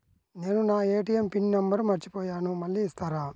నేను నా ATM PIN number మర్చిపోయాను మళ్ళీ ఇస్తారా?